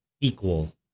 equal